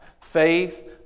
faith